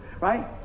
right